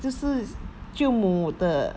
就是舅母的